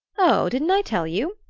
oh, didn't i tell you?